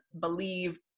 believe